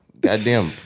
Goddamn